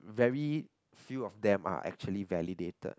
very few of them are actually validated